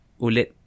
ulit